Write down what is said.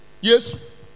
yes